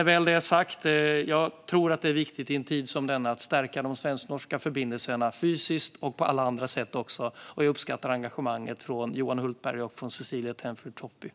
När väl detta är sagt är det viktigt att i en tid som denna stärka de svensk-norska förbindelserna fysiskt och på alla andra sätt. Jag uppskattar engagemanget från Johan Hultberg och Cecilie Tenfjord Toftby.